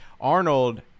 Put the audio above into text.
Arnold